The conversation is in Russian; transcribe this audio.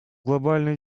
глобальный